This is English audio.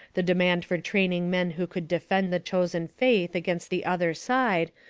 the demand for training men who could defend the chosen faith against the other side,